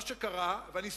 מה שקרה, ואני שמח,